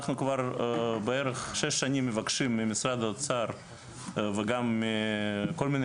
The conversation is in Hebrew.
אנחנו כבר בערך שש שנים מבקשים ממשרד האוצר וגם מכל מיני